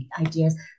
ideas